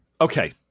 Okay